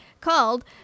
called